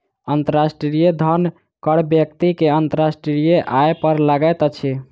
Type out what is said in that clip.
अंतर्राष्ट्रीय धन कर व्यक्ति के अंतर्राष्ट्रीय आय पर लगैत अछि